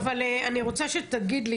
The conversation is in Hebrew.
כן, רגע, אבל אני רוצה שתגיד לי